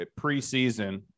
preseason